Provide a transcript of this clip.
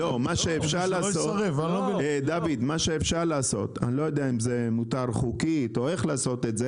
מה שאפשר לעשות אני לא יודע אם זה מותר או איך לעשות את זה